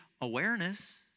awareness